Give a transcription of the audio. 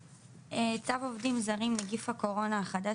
צו עובדים זרים נגיף הקורונה החדש,